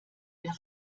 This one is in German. der